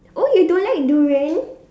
oh you don't like durian